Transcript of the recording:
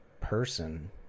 person